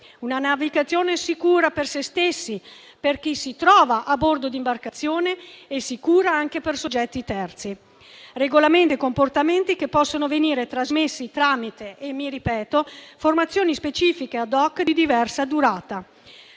una navigazione sicura per se stessi, per chi si trova a bordo di imbarcazione, e sicura anche per soggetti terzi. Regolamenti e comportamenti che possono venire trasmessi, e mi ripeto, tramite formazioni specifiche *ad hoc* di diversa durata.